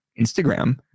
Instagram